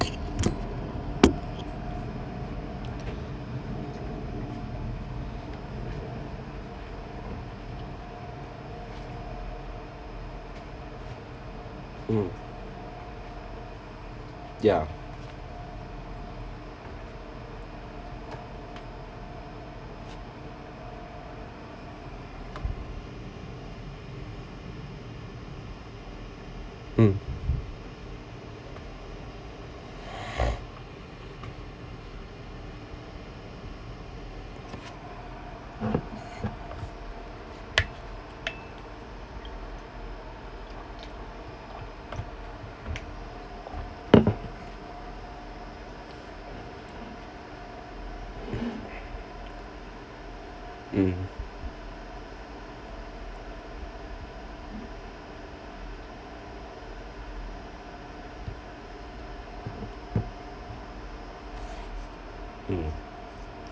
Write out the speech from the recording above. mm ya mm mm mm